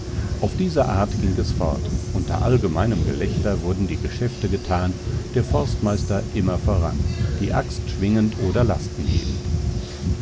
auf diese art ging es fort unter allgemeinem gelächter wurden die geschäfte getan der forstmeister immer voran die axt schwingend oder lasten hebend